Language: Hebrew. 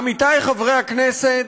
עמיתי חברי הכנסת,